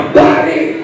body